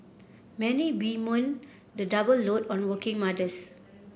many bemoan the double load on working mothers